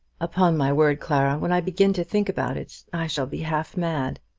upon my word, clara, when i begin to think about it i shall be half mad.